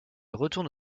retourne